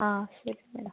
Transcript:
ಆಂ ಸರಿ ಮೇಡಮ್